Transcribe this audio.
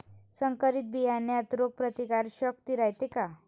संकरित बियान्यात रोग प्रतिकारशक्ती रायते का?